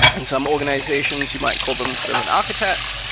and some organizations you might call them sort of an architect.